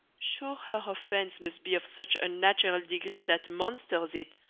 sure her offence must be of such unnatural degree that monsters it,